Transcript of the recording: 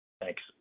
thanks